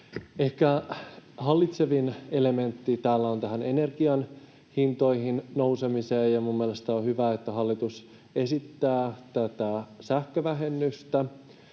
Ehkä hallitsevin elementti täällä on energian hintojen nouseminen, ja minun mielestäni on hyvä, että hallitus esittää tätä sähkövähennystä,